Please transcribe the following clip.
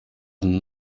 than